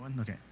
Okay